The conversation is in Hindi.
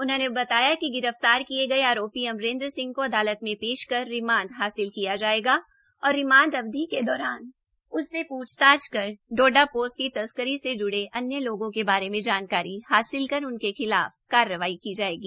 उन्होंने बताया कि गिरफ्तार किये गये आरोपी अमरेंद्र सिंह को अदालत में पेश कर रिमाण्ड हासिल किया जाएगा और रिमाण्ड अवधि के दौरान उस से प्छताछ कर डोडा पोस्त की तस्करी से ज्डे अन्य लोगों के बारे में जानकारी हासिल कर उनके खिलाफ भी कार्रवाई की जाएगी